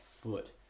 foot